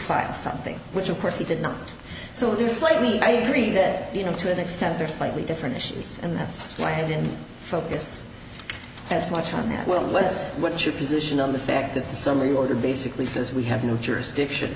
file something which of course he didn't so do slightly i agree that you know to an extent they're slightly different issues and that's why i didn't focus as much on that will was what your position on the fact that the summary order basically says we have no jurisdiction